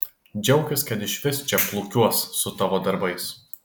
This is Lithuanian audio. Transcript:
džiaukis kad išvis čia plūkiuos su tavo darbais